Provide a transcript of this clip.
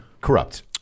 Corrupt